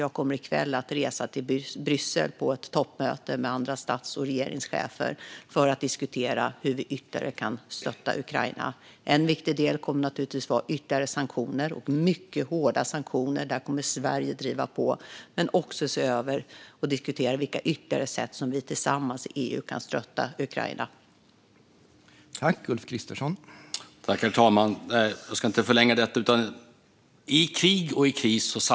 Jag kommer i kväll att resa till Bryssel för ett toppmöte med andra stats och regeringschefer för att diskutera hur vi ytterligare kan stötta Ukraina. En viktig del kommer att vara ytterligare sanktioner - mycket hårda sanktioner. Där kommer Sverige att driva på. Vi ska också se över och diskutera vilka ytterligare sätt som vi tillsammans i EU kan stötta Ukraina på.